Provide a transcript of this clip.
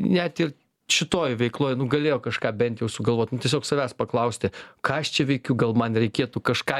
net ir šitoj veikloj nu galėjo kažką bent jau sugalvot nu tiesiog savęs paklausti ką aš čia veikiu gal man reikėtų kažką